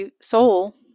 soul